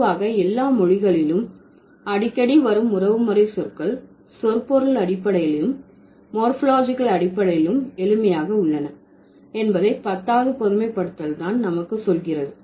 பொதுவாக எல்லா மொழிகளிலும் அடிக்கடி வரும் உறவுமுறை சொற்கள் சொற்பொருள் அடிப்படையிலும் மோர்பாலஜிகல் அடிப்படையிலும் எளிமையாக உள்ளன என்பதை பத்தாவது பொதுமைப்படுத்தல் தான் நமக்கு சொல்கிறது